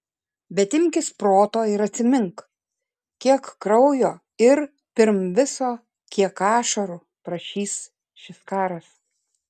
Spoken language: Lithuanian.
bet imkis proto ir atsimink kiek kraujo ir pirm viso kiek ašarų prašys šis karas